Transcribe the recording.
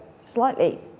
slightly